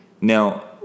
Now